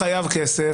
חייב, חייב כסף.